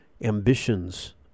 ambitions